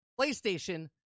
PlayStation